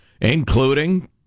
including